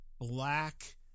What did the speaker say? black